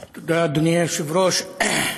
תודה, אדוני היושב-ראש.